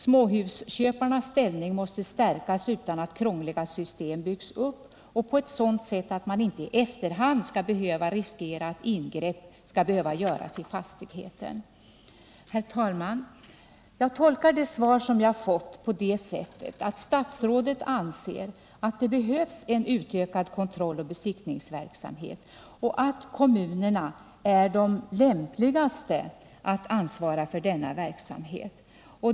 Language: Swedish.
Småhusköparnas ställning måste stärkas utan att krångliga system byggs upp, och det måste ske på ett sådant sätt att man inte i efterhand skall behöva riskera att ingrepp behöver göras i fastigheten. Jag tolkar det svar jag fått på det sättet att statsrådet anser att det behövs en utökad kontrolloch besiktningsverksamhet och att kommunerna är de lämpligaste instanserna för att ansvara för denna verksamhet.